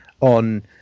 on